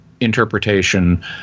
interpretation